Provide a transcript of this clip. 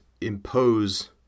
impose